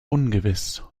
ungewiss